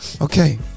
Okay